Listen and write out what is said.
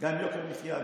עם יוקר מחיה,